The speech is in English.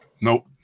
Nope